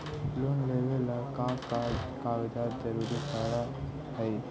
Loan लेवेला का का कागजात जरूरत पड़ हइ?